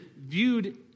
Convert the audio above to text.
viewed